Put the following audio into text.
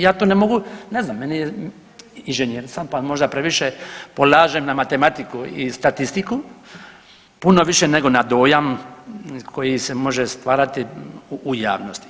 Ja to ne mogu, ne znam meni je, inženjer sam pa možda previše polažem na matematiku i statistiku puno više nego na dojam koji se može stvarati u javnosti.